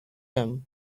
them